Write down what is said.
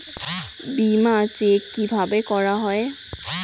বিমা চেক কিভাবে করা হয়?